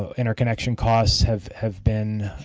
ah interconnection costs have have been